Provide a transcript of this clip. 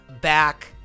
back